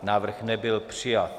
Návrh nebyl přijat.